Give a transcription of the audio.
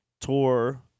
tour